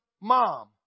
mom